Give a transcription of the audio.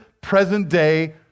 present-day